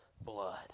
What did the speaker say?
blood